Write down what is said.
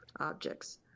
objects